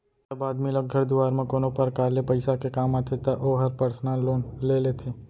जब आदमी ल घर दुवार म कोनो परकार ले पइसा के काम आथे त ओहर पर्सनल लोन ले लेथे